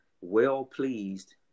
well-pleased